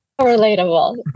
Relatable